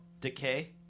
Decay